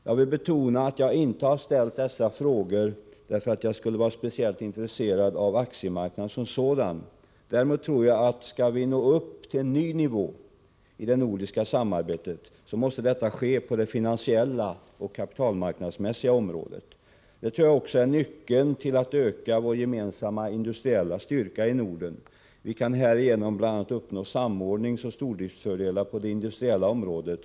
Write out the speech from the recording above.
Jag vill betona att jag inte har ställt min fråga därför att jag är speciellt intresserad av aktiemarknaden som sådan. Jag tror dock att om vi skall kunna uppnå en annan nivå i fråga om det nordiska samarbetet, måste det ske på det finansiella och kapitalmarknadsmässiga området. Jag tror således att vi här har nyckeln till en utökad gemensam industriell styrka i Norden. Vi kan på det sättet bl.a. åstadkomma samordningsoch stordriftsfördelar på det industriella området.